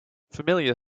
familiar